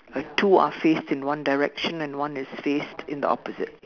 two are faced in one direction and one is faced in the opposite